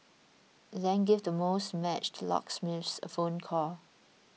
then give the most matched locksmiths a phone call